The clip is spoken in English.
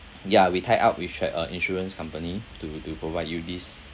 ya we tied up with like a insurance company to to provide you this